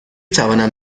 توانم